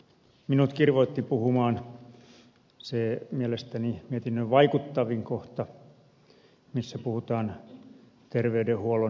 minut kirvoitti puhumaan se mielestäni mietinnön vaikuttavin kohta missä puhutaan terveydenhuollon ulkoistamisesta